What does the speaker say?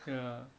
ya